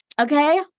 okay